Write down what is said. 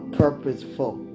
purposeful